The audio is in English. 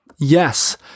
Yes